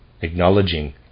Acknowledging